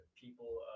people